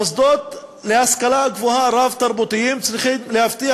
מוסדות להשכלה גבוהה רב-תרבותיים צריכים להבטיח